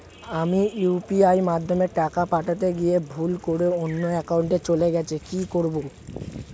আমি ইউ.পি.আই মাধ্যমে টাকা পাঠাতে গিয়ে ভুল করে অন্য একাউন্টে চলে গেছে কি করব?